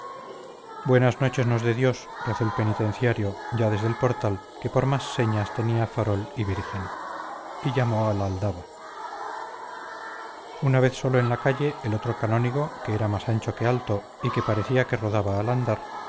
buenas noches nos dé dios rezó el penitenciario ya desde el portal que por más señas tenía farol y virgen y llamó a la aldaba una vez solo en la calle el otro canónigo que era más ancho que alto y que parecía que rodaba al andar siguió avanzando lentamente hacia su casa pero antes de llegar a